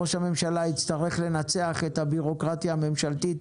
ראש הממשלה יצטרך לנצח את הבירוקרטיה הממשלתית